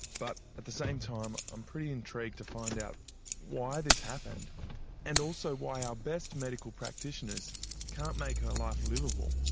but at the same time i'm pretty intrigued to find out why this happened and also why our best medical practitioners can't make her life liveable.